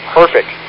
perfect